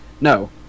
no